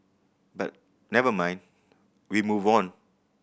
but never mind we move on